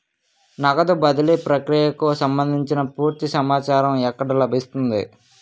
నగదు బదిలీ ప్రక్రియకు సంభందించి పూర్తి సమాచారం ఎక్కడ లభిస్తుంది?